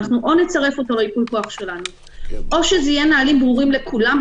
או שנצרף אותו לייפויי כוח שלנו או שזה יהיה נהלים ברורים לכולם,